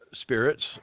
spirits